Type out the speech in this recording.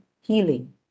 healing